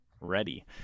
ready